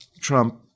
Trump